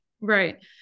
Right